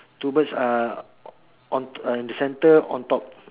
two birds uh on on the center on top